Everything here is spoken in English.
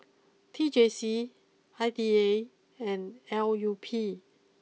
T J C I D A and L U P